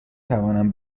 توانم